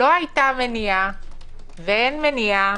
לא היתה מניעה ואין מניעה